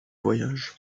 voyage